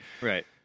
right